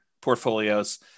portfolios